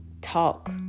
talk